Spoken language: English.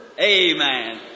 Amen